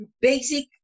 basic